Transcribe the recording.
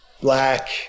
black